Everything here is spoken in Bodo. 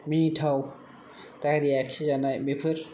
मिनिथाव दारि आखिजानाय बेफोर